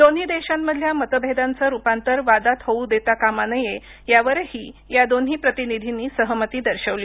दोन्ही देशांमधल्या मतभेदांचं रुपांतर वादात होऊ देता कामा नये यावरही या दोन्ही प्रतिनिधींनी सहमती दर्शवली